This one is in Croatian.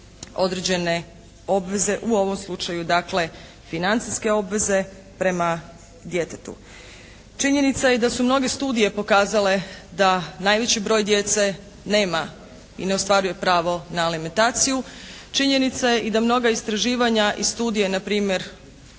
određene obveze, u ovom slučaju dakle financijske obveze prema djetetu. Činjenica je i da su mnoge studije pokazale da najveći broj djece nema i ne ostvaruje pravo na alimentaciju. Činjenica je i da mnoga istraživanja i studije na primjer